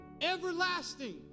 everlasting